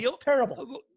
terrible